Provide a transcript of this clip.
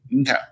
Okay